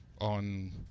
On